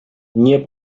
nie